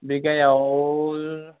बिगायाव